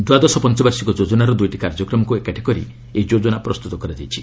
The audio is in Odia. ଦ୍ୱାଦଶ ପଞ୍ଚବାର୍ଷିକ ଯୋଜନାର ଦୁଇଟି କାର୍ଯ୍ୟକ୍ରମକୁ ଏକାଠି କରି ଏହି ଯୋଜନା ପ୍ରସ୍ତୁତ କରାଯାଇଛି